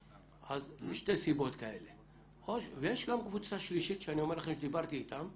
יש גם קבוצה שלישית שאני אומר לכם שדיברתי איתם.